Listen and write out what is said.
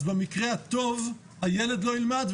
אז במקרה הטוב הילד לא ילמד,